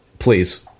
please